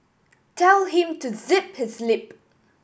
tell him to zip his lip